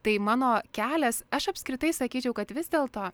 tai mano kelias aš apskritai sakyčiau kad vis dėlto